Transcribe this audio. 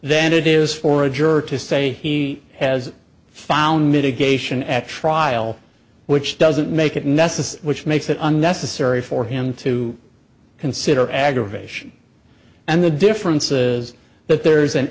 then it is for a juror to say he has found mitigation at trial which doesn't make it necessary which makes it unnecessary for him to consider aggravation and the difference is that